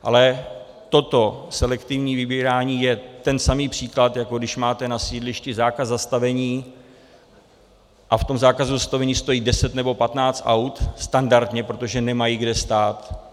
Ale toto selektivní vybírání je ten samý příklad, jako když máte na sídlišti zákaz zastavení a v tom zákazu zastavení stojí deset nebo patnáct aut standardně, protože nemají kde stát.